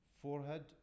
forehead